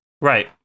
Right